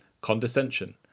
condescension